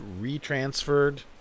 retransferred